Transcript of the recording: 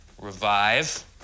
revive